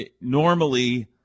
Normally